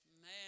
Man